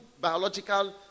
biological